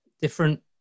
different